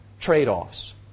trade-offs